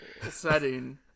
setting